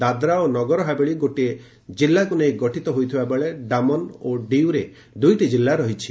ଦାଦ୍ରା ଓ ନଗରହାବେଳି ଗୋଟିଏ ଜିଲ୍ଲାକୁ ଗଠିତ ହୋଇଥିବାବେଳେ ଦାମନ ଓ ଡିଉର ଦୁଇଟି କିଲ୍ଲା ରହିଛି